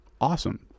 awesome